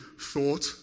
thought